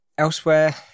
Elsewhere